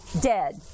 dead